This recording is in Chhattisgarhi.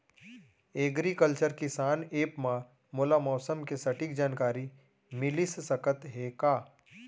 एग्रीकल्चर किसान एप मा मोला मौसम के सटीक जानकारी मिलिस सकत हे का?